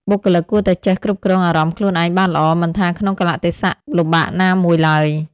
បុគ្គលិកគួរតែចេះគ្រប់គ្រងអារម្មណ៍ខ្លួនឯងបានល្អ មិនថាក្នុងកាលៈទេសៈលំបាកណាមួយឡើយ។